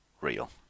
real